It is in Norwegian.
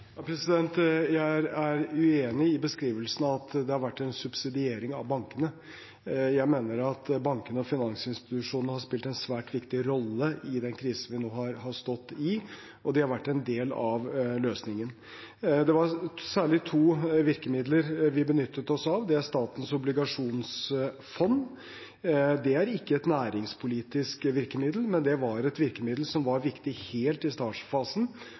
Jeg er uenig i beskrivelsen av at det har vært en subsidiering av bankene. Jeg mener at bankene og finansinstitusjonene har spilt en svært viktig rolle i den krisen vi har stått i, og de har vært en del av løsningen. Det var særlig to virkemidler vi benyttet oss av: Det er Statens obligasjonsfond. Det er ikke et næringspolitisk virkemiddel, men det var et virkemiddel som var viktig helt i